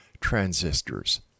transistors